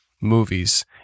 movies